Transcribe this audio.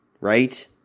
right